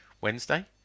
Wednesday